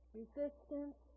resistance